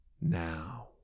now